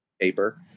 paper